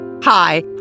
Hi